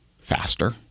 faster